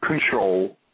control